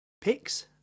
picks